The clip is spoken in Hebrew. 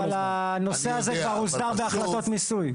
כן, אבל הנושא הזה כבר הוסדר בהחלטות מיסוי.